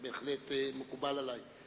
ובהחלט מקובל עלי.